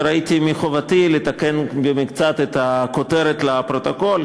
וראיתי מחובתי לתקן במקצת את הכותרת לפרוטוקול,